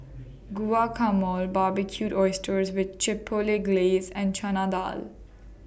Guacamole Barbecued Oysters with Chipotle Glaze and Chana Dal